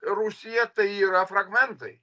rusija tai yra fragmentai